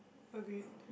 agree